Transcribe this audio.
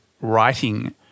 writing